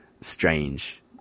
strange